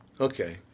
okay